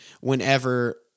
whenever